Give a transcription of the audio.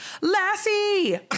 lassie